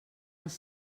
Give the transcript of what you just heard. els